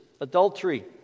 Adultery